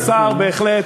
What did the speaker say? שוב, הטובים בחוץ.